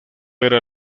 era